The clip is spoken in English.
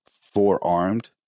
forearmed